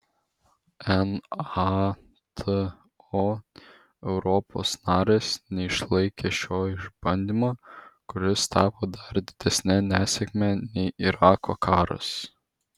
nato europos narės neišlaikė šio išbandymo kuris tapo dar didesne nesėkme nei irako karas